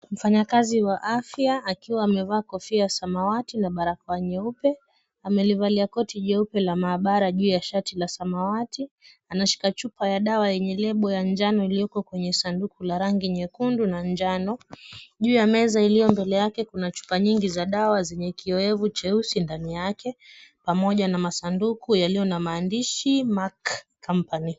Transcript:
Mfanyakazi wa afya akiwa amevaa kofia ya samawati na barakoa nyeupe, amelivalia koti jeupe la maabara juu ya shati ya samawati, anashika chupa ya dawa yenye lebo ya njano iliyoko kwenye sanduku la rangi nyekundu na njano. Juu ya meza iliyo mbele yake kuna chupa nyingi za dawa zenye kioevu cheusi ndani yake pamoja na masanduku yaliyo na maandishi Mark Company .